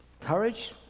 courage